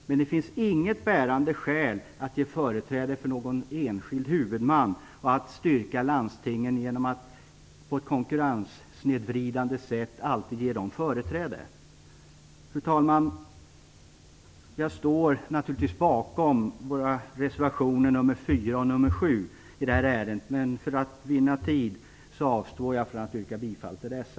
Men det finns inget bärande skäl att ge företräde för någon enskild huvudman och att stärka landstingen genom att på ett konkurrenssnedvridande sätt alltid ge dem företräde. Fru talman! Jag står naturligtvis bakom våra reservationerna 4 och 7 i detta ärende. Men för tids vinnande avstår jag här från att yrka bifall till dessa.